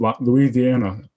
Louisiana